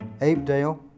Apedale